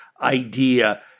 idea